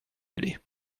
aller